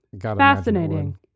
Fascinating